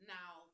Now